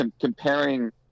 comparing